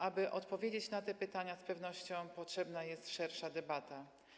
Aby odpowiedzieć na te pytania, z pewnością potrzebna jest szersza debata.